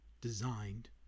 designed